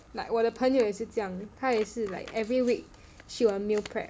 like 我的朋友也是这样他也是 like every week she will meal prep